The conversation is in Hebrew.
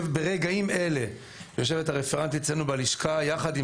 ברגעים אלה יושבת הרפרנטית אצלנו בלשכה יחד עם